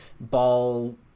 ball